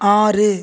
ஆறு